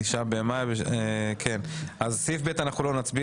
על סעיף ב' לא נצביע.